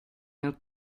nel